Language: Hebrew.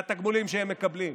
מהתגמולים שהם מקבלים.